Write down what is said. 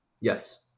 Yes